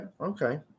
okay